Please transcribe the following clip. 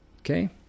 Okay